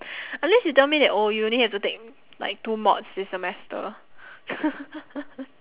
unless you tell me that oh you only have to take like two mods this semester